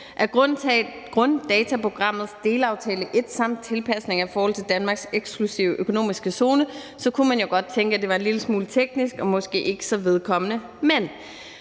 af Grunddataprogrammets delaftale 1 og tilpasninger i forhold til Danmarks eksklusive økonomiske zone«, kunne man jo godt tænke, at det var en lille smule teknisk og måske ikke så vedkommende.